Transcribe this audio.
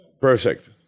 perfect